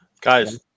Guys